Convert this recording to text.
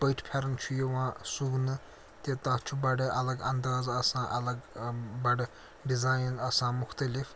پٔٹۍ پھٮ۪رَن چھُ یِوان سُوٕنہٕ تہِ تَتھ چھُ بَڑٕ اَلگ اَنداز آسان اَلگ بَڑٕ ڈِزایِن آسان مُختلِف